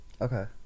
Okay